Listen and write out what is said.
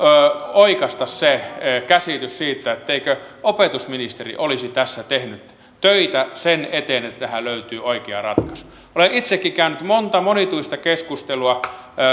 oikaista se käsitys siitä etteikö opetusministeri olisi tässä tehnyt töitä sen eteen että tähän löytyy oikea ratkaisu olen itsekin käynyt monta monituista keskustelua